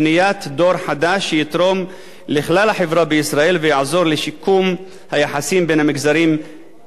חדש שיתרום לכלל החברה בישראל ויעזור לשיקום היחסים בין המגזרים במדינה.